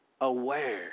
aware